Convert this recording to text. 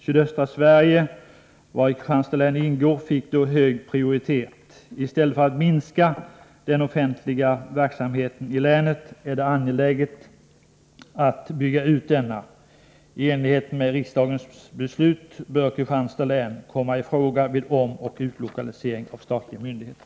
Sydöstra Sverige, vari Kristianstads län ingår, fick då hög prioritet. I stället för att minska den offentliga verksamheten i länet är det angeläget att bygga ut denna. I enlighet med riksdagens beslut bör Kristianstads län komma i fråga vid omoch utlokalisering av statlig myndighet.